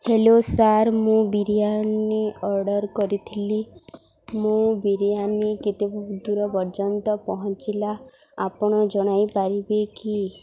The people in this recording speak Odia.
ହ୍ୟାଲୋ ସାର୍ ମୁଁ ବିରିୟାନି ଅର୍ଡ଼ର୍ କରିଥିଲି ମୁଁ ବିରିୟାନି କେତେ ବ ଦୂର ପର୍ଯ୍ୟନ୍ତ ପହଞ୍ଚିଲା ଆପଣ ଜଣାଇ ପାରିବେ କି